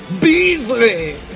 Beasley